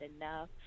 enough